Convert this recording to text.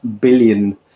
billion